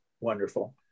wonderful